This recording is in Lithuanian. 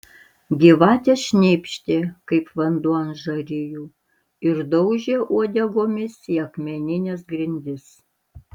gyvatės šnypštė kaip vanduo ant žarijų ir daužė uodegomis į akmenines grindis